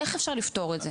איך אפשר לפתור את זה?